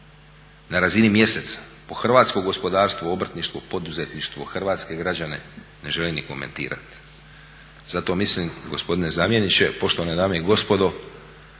na razini mjeseca po hrvatsko gospodarstvo, obrtništvo, poduzetništvo, hrvatske građane ne želim ni komentirati. Zato mislim gospodine zamjeniče, poštovane dame i gospodo